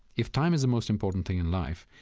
if time is the most important thing in life,